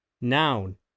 Noun